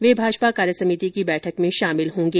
वे भाजपा कार्यसमिति की बैठक में शामिल होंगे